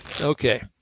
Okay